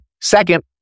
Second